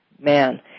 man